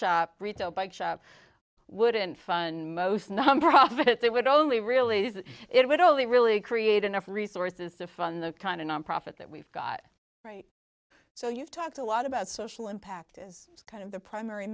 shop retail bike shop wouldn't fund most nonprofit they would only really it would only really create enough resources to fund the kind of nonprofit that we've got right so you've talked a lot about social impact is kind of the primary